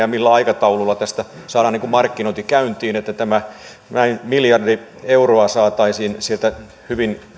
ja millä aikataululla tästä saadaan markkinointi käyntiin että tämä miljardi euroa saataisiin sieltä hyvin